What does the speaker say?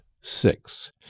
six